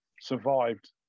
survived